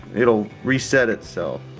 it'll reset itself.